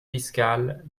fiscales